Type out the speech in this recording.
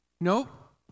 nope